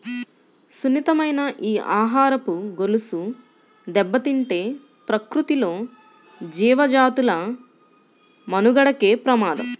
సున్నితమైన ఈ ఆహారపు గొలుసు దెబ్బతింటే ప్రకృతిలో జీవజాతుల మనుగడకే ప్రమాదం